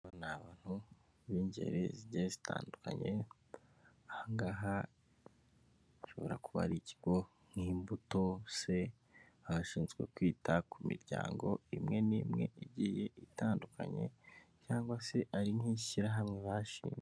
Ni abantu b'ingeri zigiye zitandukanye, aha ngaha ashobora kuba ari ikigo nk'imbuto se baba bashinzwe kwita ku miryango imwe n'imwe igiye itandukanye, cyangwa se ari nk'ishyirahamwe bashinze.